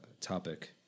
topic